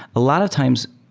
a lot of times,